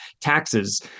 taxes